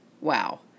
Wow